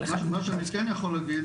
מה שאני כן יכול להגיד,